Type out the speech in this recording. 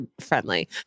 friendly